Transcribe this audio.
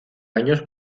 años